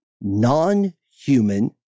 non-human